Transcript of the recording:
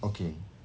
okay